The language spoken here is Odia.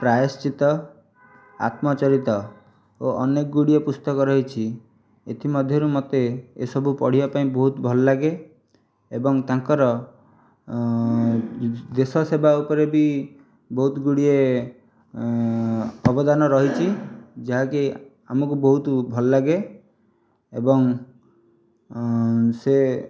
ପ୍ରାୟଶ୍ଚିତ ଆତ୍ମଚରିତ ଓ ଅନେକ ଗୁଡ଼ିଏ ପୁସ୍ତକ ରହିଛି ଏଥିମଧ୍ୟରୁ ମୋତେ ଏସବୁ ପଢ଼ିବା ପାଇଁ ବହୁତ ଭଲଲାଗେ ଏବଂ ତାଙ୍କର ଦେଶ ସେବା ଉପରେ ବି ବହୁତ ଗୁଡ଼ିଏ ଅବଦାନ ରହିଛି ଯାହାକି ଆମକୁ ବହୁତ ଭଲ ଲାଗେ ଏବଂ ସେ